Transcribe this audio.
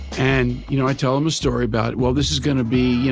and you know i tell them a story about, well, this is going to be,